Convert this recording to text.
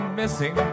missing